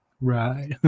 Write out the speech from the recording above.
right